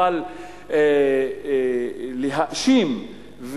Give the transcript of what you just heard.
אבל להאשים,